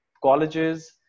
Colleges